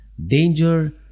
Danger